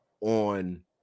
on